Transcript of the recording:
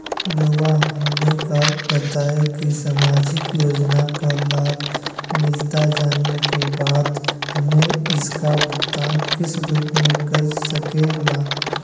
रहुआ हमने का बताएं की समाजिक योजना का लाभ मिलता जाने के बाद हमें इसका भुगतान किस रूप में कर सके ला?